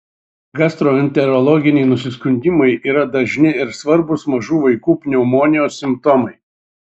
gastroenterologiniai nusiskundimai yra dažni ir svarbūs mažų vaikų pneumonijos simptomai